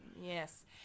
yes